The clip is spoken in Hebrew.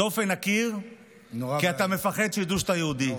מדופן הקיר כי אתם מפחדים שידעו שאתם יהודים.